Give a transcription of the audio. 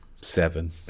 seven